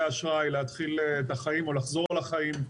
אשראי להתחיל את החיים או לחזור לחיים.